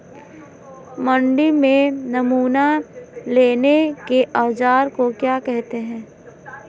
मंडी में नमूना लेने के औज़ार को क्या कहते हैं?